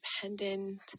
dependent